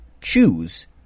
choose